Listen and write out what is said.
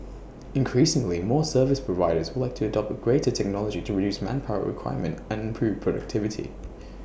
increasingly more service providers would like to adopt greater technology to reduce manpower requirement and improve productivity